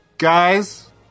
guys